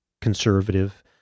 conservative